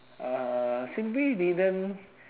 uh simply didn't